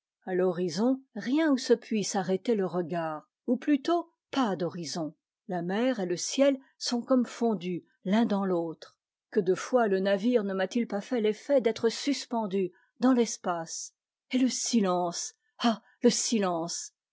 a l'horizon rien où se puisse arrêter le regard ou plutôt pas d'horizon la mer et le ciel sont comme fondus l'un dans l'autre que de fois le navire ne m'a-t-il pas fait l'effet d'être suspendu dans l'espace et le silence ah le silence